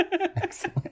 excellent